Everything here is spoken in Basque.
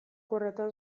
horretan